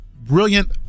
brilliant